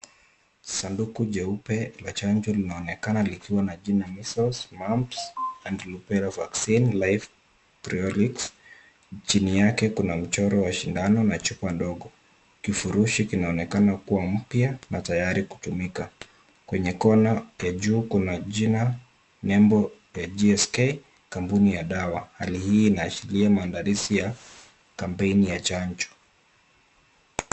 Sanduku jeupe la chanjo linaonekana likiwa na jina measles, mumps and rubela vaccine live prorix . Chini yake kuna mchoro wa sindano na chupa ndogo. Kifurushi kinaonekana kuwa mpya na tayari kutumika. Kwenye kona ya juu kuna jina nembo ya gsk, kampuni ya dawa. Hali hii inaashiria maandalizi ya kampeni ya chanjo.